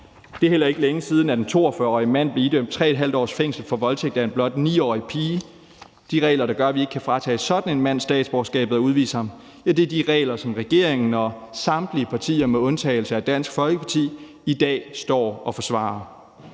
Det er heller ikke længe siden, at en 42-årig mand blev idømt 3½ års fængsel for voldtægt af en blot 9-årig pige. De regler, der gør, at vi ikke kan fratage sådan en mand statsborgerskabet og udvise ham, er de regler, som regeringen og samtlige partier med undtagelse af Dansk Folkeparti i dag står og forsvarer.